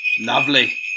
Lovely